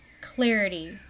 clarity